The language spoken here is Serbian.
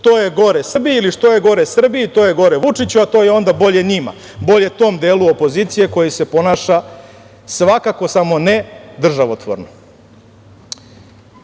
to je gore Srbiji ili što je gore Srbiji to je gore Vučiću, a to je onda bolje njima, bolje tom delu opozicije koji se ponaša svakako samo ne državotvorno. Odrastao